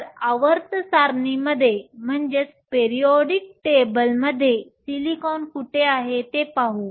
तर आवर्त सारणीमध्ये सिलिकॉन कुठे आहे ते पाहू